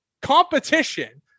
competition